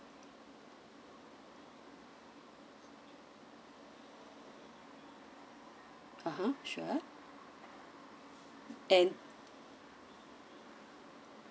mmhmm sure and